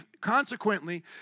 consequently